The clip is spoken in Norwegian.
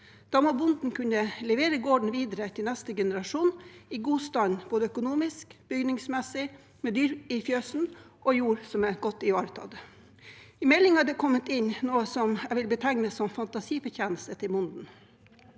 Da må bonden kunne levere gården videre til neste generasjon i god stand både økonomisk, bygningsmessig, med dyr i fjøsen og jord som er godt ivaretatt. I meldingen er det kommet inn noe som jeg vil betegne som fantasifortjeneste til bonden.